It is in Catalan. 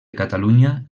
catalunya